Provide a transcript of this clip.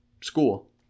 School